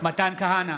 מתן כהנא,